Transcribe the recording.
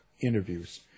interviews